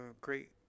great